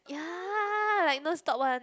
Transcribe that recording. ya like non stop one